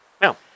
Now